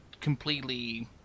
completely